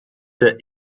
der